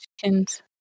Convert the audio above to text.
chickens